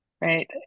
right